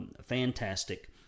fantastic